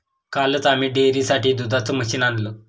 कालच आम्ही डेअरीसाठी दुधाचं मशीन आणलं